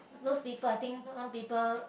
those people I think some people